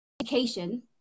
education